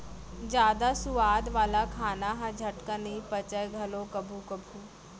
जादा सुवाद वाला खाना ह झटकन नइ पचय घलौ कभू कभू